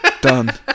Done